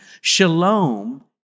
Shalom